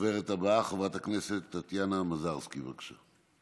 הדוברת הבאה, חברת הכנסת טטיאנה מזרסקי, בבקשה.